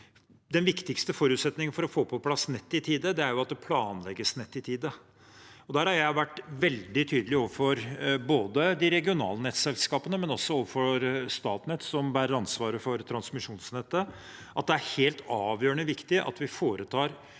Den viktigste forutsetningen for å få på plass nett i tide er at det planlegges nett i tide. Der har jeg vært veldig tydelig overfor både de regionale nettselskapene og Statnett, som bærer ansvaret for transmisjonsnettet, om at det er helt avgjørende viktig at vi foretar